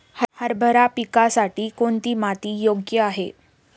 हरभरा पिकासाठी कोणती माती योग्य आहे?